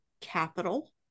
capital